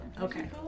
Okay